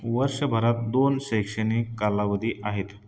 वर्षभरात दोन शैक्षणिक कालावधी आहेत